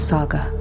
Saga